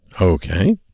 Okay